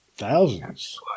Thousands